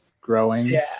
growing